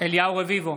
אליהו רביבו,